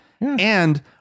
And-